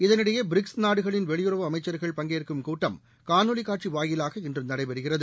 இதளிடையே பிரிக்ஸ் நாடுகளின் வெளியுறவு அமைச்சா்கள் பங்கேற்கும் கூட்டம் காணொலி காட்சி வாயிலாக இன்று நடைபெறுகிறது